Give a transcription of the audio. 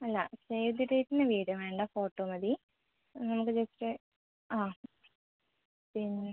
അല്ല save the ഡേറ്റിൻ്റെ video വേണ്ട ഫോട്ടോ മതി നമുക്ക് ജസ്റ്റ് ആ പിന്നെ